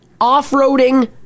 off-roading